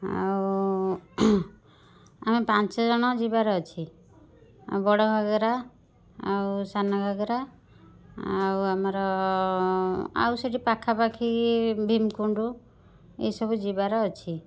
ଆଉ ଆମେ ପାଞ୍ଚ ଜଣ ଯିବାର ଅଛି ବଡ଼ଘାଗରା ଆଉ ସାନଘାଗରା ଆଉ ଆମର ଆଉ ସେଠି ପାଖାପାଖି ଭୀମକୁଣ୍ଡ ଏସବୁ ଯିବାର ଅଛି